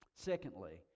Secondly